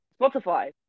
spotify